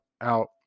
out